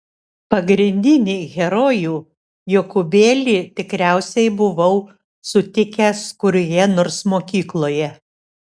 pagrindinį herojų jokūbėlį tikriausiai buvau sutikęs kurioje nors mokykloje